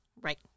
Right